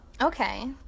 Okay